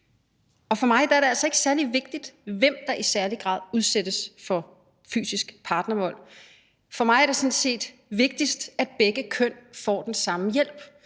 Og for mig er det altså ikke er særlig vigtigt, hvem der i særlig grad udsættes for fysisk partnervold. For mig er det sådan set vigtigst, at begge køn får den samme hjælp.